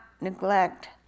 Neglect